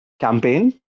campaign